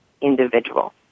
individual